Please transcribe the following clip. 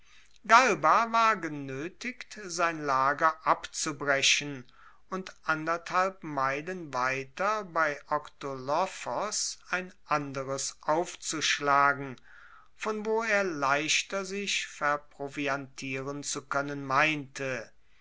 galba war genoetigt sein lager abzubrechen und anderthalb meilen weiter bei oktolophos ein anderes aufzuschlagen von wo er leichter sich verproviantieren zu koennen meinte